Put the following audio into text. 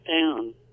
down